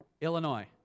Illinois